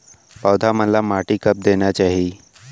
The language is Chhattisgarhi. पौधा मन ला माटी कब देना चाही?